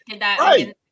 Right